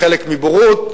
חלק מבורות,